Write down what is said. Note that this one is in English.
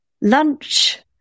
lunch